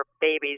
babies